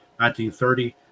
1930